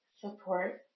support